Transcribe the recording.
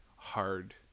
hard